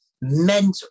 mental